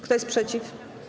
Kto jest przeciw?